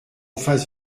fasse